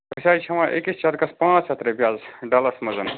أسۍ حظ چھِ ہٮ۪وان أکِس چَرکَس پانٛژھ ہَتھ رۄپیہِ حظ ڈَلَس منٛز